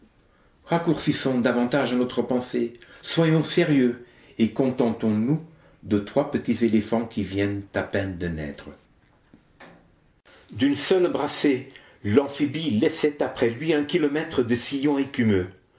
raccourcissons davantage notre pensée soyons sérieux et contentons-nous de trois petits éléphants qui viennent à peine de naître d'une seule brassée l'amphibie laissait après lui un kilomètre de sillon écumeux